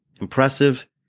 impressive